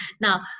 Now